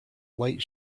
light